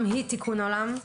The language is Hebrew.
לכולם.